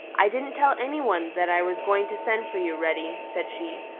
i didn't tell any one that i was going to send for you, reddy, said she,